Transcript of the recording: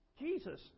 Jesus